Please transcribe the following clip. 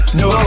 no